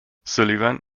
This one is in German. sullivan